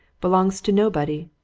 belongs to nobody.